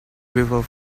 before